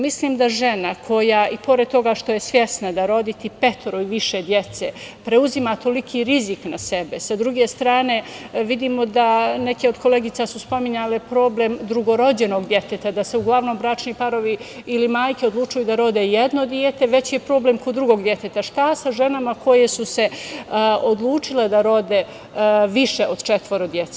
Mislim da žena koja i pored toga što je svesna da roditi petoro i više dece preuzima toliki rizik na sebe, s druge strane vidimo da neke od koleginica su spominjale problem drugorođenog deteta, da se uglavnom bračni parovi ili majke odlučuju da rode jedno dete, već je problem kod drugog deteta, šta sa ženama koje su se odlučile da rode više od četvoro dece?